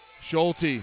Schulte